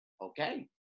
Okay